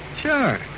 Sure